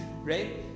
right